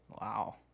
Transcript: Wow